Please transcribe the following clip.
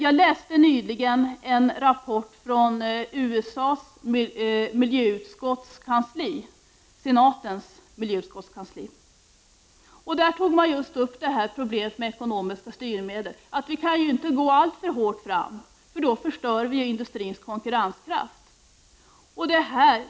Jag läste nyligen en rapport från USA-senatens miljöutskottskansli, där man tog upp problemet med ekonomiska styrmedel. Det framhölls att vi inte kan gå alltför hårt fram, för då förstör vi industrins konkurrenskraft.